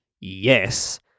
yes